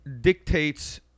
dictates